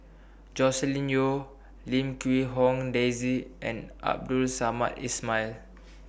Joscelin Yeo Lim Quee Hong Daisy and Abdul Samad Ismail